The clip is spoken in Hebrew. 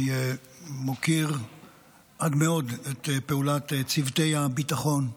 אני מוקיר עד מאוד את פעולת צוותי הביטחון,